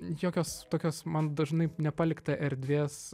jokios tokios man dažnai nepalikta erdvės